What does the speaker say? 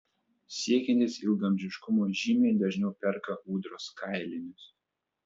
siekiantys ilgaamžiškumo žymiai dažniau perka ūdros kailinius